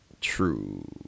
True